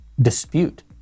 dispute